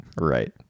Right